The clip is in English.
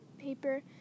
paper